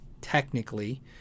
technically